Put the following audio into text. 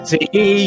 See